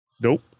nope